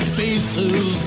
faces